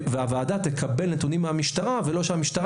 והוועדה תקבל נתונים מהמשטרה ולא שהמשטרה